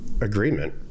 agreement